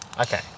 Okay